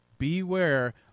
Beware